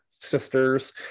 sisters